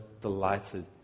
delighted